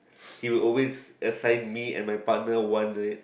he will always assign me and my partner one red